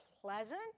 pleasant